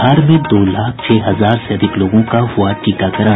बिहार में दो लाख छह हजार से अधिक लोगों का हुआ टीकाकरण